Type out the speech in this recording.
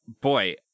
boy